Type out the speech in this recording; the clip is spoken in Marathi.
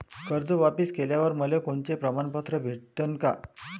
कर्ज वापिस केल्यावर मले कोनचे प्रमाणपत्र भेटन का?